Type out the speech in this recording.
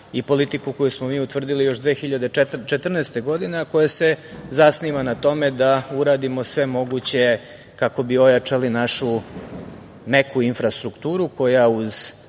i politiku koju smo mi utvrdili još 2014. godine, a koja se zasniva na tome da uradimo sve moguće kako bi ojačali našu neku infrastrukturu koja uz